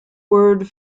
word